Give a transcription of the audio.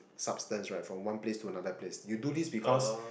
substance right from one place to another place you do this because